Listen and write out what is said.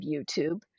YouTube